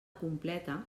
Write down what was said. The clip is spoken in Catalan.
completa